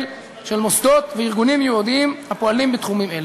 של מוסדות וארגונים יהודיים הפועלים בתחומים אלה.